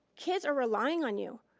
kids are relying on you.